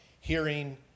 hearing